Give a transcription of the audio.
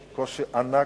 קושי, קושי ענק.